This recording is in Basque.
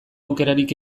aukerarik